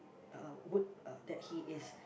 uh wood uh that he is